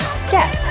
step